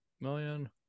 million